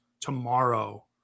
tomorrow